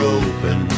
open